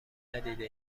ندیده